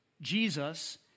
Jesus